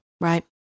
Right